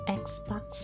xbox